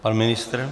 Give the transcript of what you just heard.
Pan ministr?